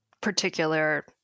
particular